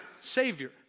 Savior